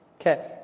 Okay